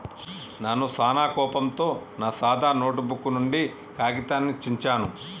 నాను సానా కోపంతో నా సాదా నోటుబుక్ నుండి కాగితాన్ని చించాను